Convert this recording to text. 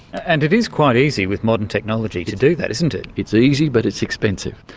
and it is quite easy, with modern technology, to do that, isn't it? it's easy, but it's expensive.